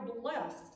blessed